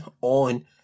on